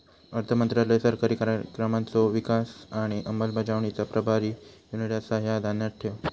अर्थमंत्रालय सरकारी कार्यक्रमांचो विकास आणि अंमलबजावणीचा प्रभारी युनिट आसा, ह्या ध्यानात ठेव